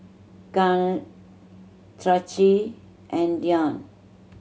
Garnet Traci and Dion